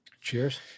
Cheers